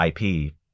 IP